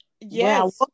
yes